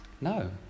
No